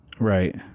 Right